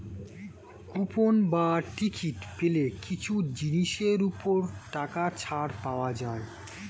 coupon বা ticket পেলে কিছু জিনিসের ওপর টাকা ছাড় পাওয়া যায়